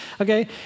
Okay